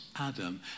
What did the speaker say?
Adam